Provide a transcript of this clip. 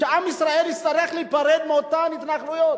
ועם ישראל יצטרך להיפרד מאותן התנחלויות.